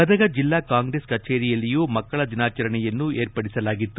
ಗದಗ ಜಿಲ್ಲಾ ಕಾಂಗ್ರೆಸ್ ಕಚೇರಿಯಲ್ಲಿಯೂ ಮಕ್ಕ ಳ ದಿನಾಚರಣೆಯನ್ನು ಏರ್ಪಡಿಸಲಾಗಿತ್ತು